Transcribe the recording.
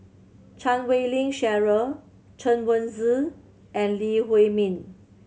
Chan Wei Ling Cheryl Chen Wen Hsi and Lee Huei Min